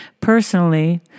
Personally